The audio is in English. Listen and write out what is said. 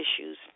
issues